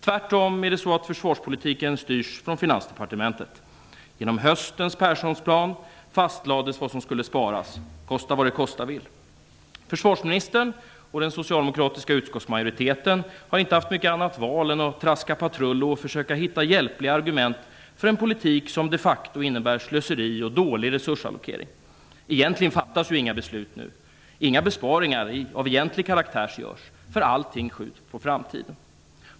Tvärtom är det så att försvarspolitiken styrs från Finansdepartementet. Genom höstens Perssonplan fastlades vad som skulle sparas - kosta vad det kosta vill. Försvarsministern och den socialdemokratiska utskottsmajoriteten har inte haft mycket annat val än att traska patrullo och försöka hitta hjälpliga argument för en politik som de facto innebär slöseri och dålig resursallokering. Egentligen fattas det inga beslut nu. Det görs inga egentliga besparingar. Allt skjuts på framtiden.